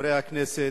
חברי הכנסת,